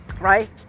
right